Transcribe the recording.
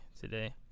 today